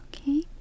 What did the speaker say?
okay